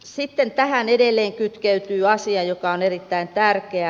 sitten tähän edelleen kytkeytyy asia joka on erittäin tärkeä